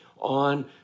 on